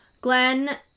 Glenn